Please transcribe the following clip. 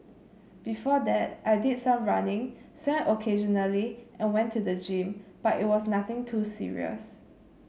before that I did some running swam occasionally and went to the gym but it was nothing too serious